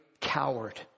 coward